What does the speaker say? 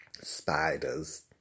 spiders